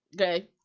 okay